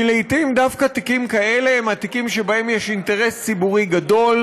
כי לעתים דווקא תיקים כאלה הם התיקים שבהם יש אינטרס ציבורי גדול.